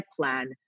plan